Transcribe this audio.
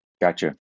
Gotcha